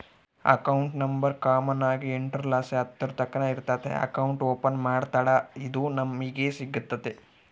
account number common ಆಗಿ ಎಂಟುರ್ಲಾಸಿ ಹತ್ತುರ್ತಕನ ಇರ್ತತೆ ಅಕೌಂಟ್ ಓಪನ್ ಮಾಡತ್ತಡ ಇದು ನಮಿಗೆ ಸಿಗ್ತತೆ